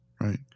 Right